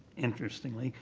interestingly,